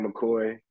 McCoy